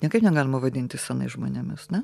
niekaip negalima vadinti senais žmonėmis ne